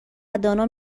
دانا